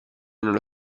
nello